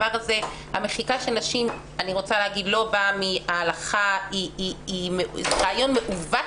המחיקה של נשים לא באה מההלכה אלא זה רעיון מעוות